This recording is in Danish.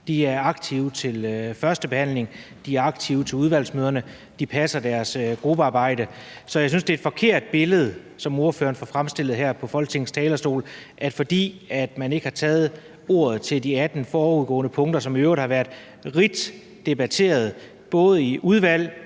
De er aktive til førstebehandlingen, de er aktive til udvalgsmøderne, de passer deres gruppearbejde. Så jeg synes, det er et forkert billede, som ordføreren får fremstillet her på Folketingets talerstol, altså at fordi man ikke har taget ordet til de 18 forudgående punkter, som i øvrigt har været rigt debatteret, både i udvalg